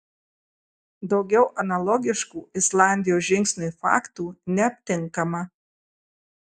daugiau analogiškų islandijos žingsniui faktų neaptinkama